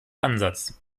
ansatz